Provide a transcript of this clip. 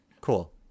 Cool